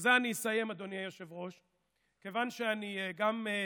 ובזה אני אסיים, אדוני היושב-ראש, כיוון שאני, כן,